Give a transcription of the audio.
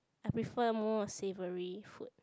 I prefer more savoury food